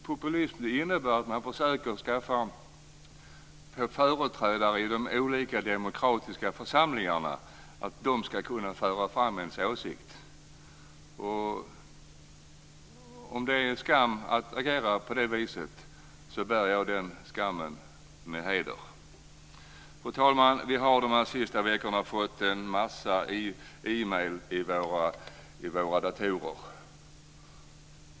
Populism innebär att man försöker skaffa företrädare i de olika demokratiska församlingarna som ska föra fram ens åsikt. Om det är en skam att agera på det viset, bär jag den skammen med heder. Fru talman! De senaste veckorna har vi fått en massa e-mail i våra datorer.